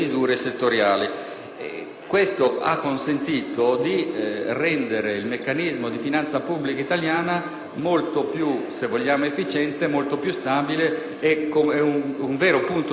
Questo ha consentito di rendere il meccanismo di finanza pubblica italiana molto più, se vogliamo, efficiente, stabile ed un vero punto di riferimento per tutta la legislazione